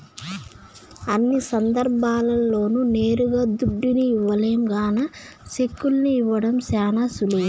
అన్ని సందర్భాల్ల్లోనూ నేరుగా దుడ్డుని ఇవ్వలేం గాన సెక్కుల్ని ఇవ్వడం శానా సులువు